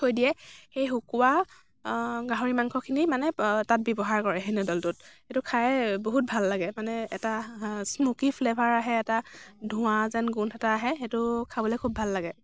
থৈ দিয়ে সেই শুকুওৱা গাহৰি মাংসখিনি মানে তাত ব্যৱহাৰ কৰে সেই নুডলটোত এইটো খাই বহুত ভাল লাগে মানে এটা স্মুকি ফ্লেভাৰ আহে এটা ধোঁৱা যেন গোন্ধ এটা আহে সেইটো খাবলৈ খুব ভাল লাগে